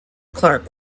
clark